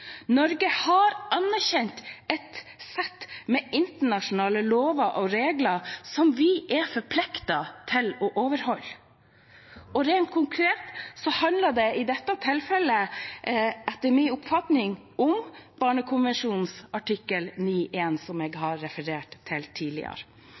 Norge har anerkjent et sett med internasjonale lover og regler som vi er forpliktet til å overholde. Rent konkret handler det i dette tilfellet etter min oppfatning om barnekonvensjonens artikkel 9 punkt 1, som jeg